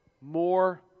more